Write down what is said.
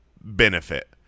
benefit